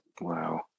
Wow